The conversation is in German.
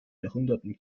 jahrhunderten